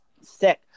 Sick